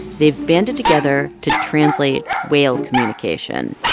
they've banded together to translate whale communication.